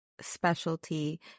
specialty